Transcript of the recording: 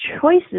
choices